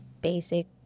basic